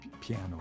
piano